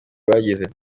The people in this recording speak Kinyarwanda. rwagize